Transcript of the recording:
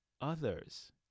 others